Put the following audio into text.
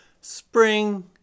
spring